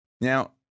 Now